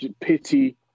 pity